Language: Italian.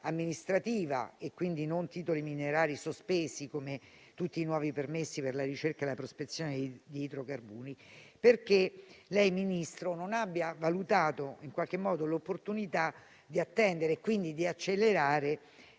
amministrativa e non titoli minerari (sospesi, come tutti i nuovi permessi per la ricerca e la prospezione di idrocarburi), perché il Ministro non abbia valutato l'opportunità di attendere e quindi di accelerare